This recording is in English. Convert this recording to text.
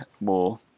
more